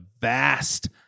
vast